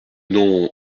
nom